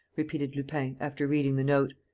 repeated lupin, after reading the note.